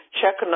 check